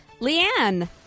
Leanne